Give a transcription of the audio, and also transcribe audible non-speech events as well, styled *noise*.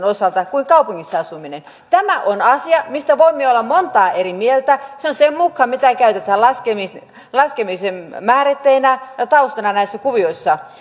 *unintelligible* osalta kuin kaupungissa asuminen tämä on asia mistä voimme olla montaa eri mieltä sen mukaan mitä käytetään laskemisen laskemisen määritteinä ja taustana näissä kuvioissa *unintelligible*